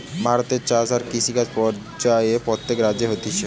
ভারতে চাষ আর কৃষিকাজ পর্যায়ে প্রত্যেক রাজ্যে হতিছে